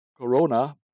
Corona